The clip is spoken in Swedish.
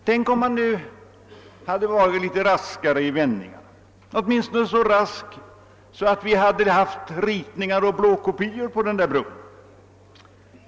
Tänk om man hade varit raskare i vändningarna — åtminstone så rask att vi hade haft ritningar och blåkopior på den där bron!